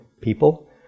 people